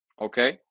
Okay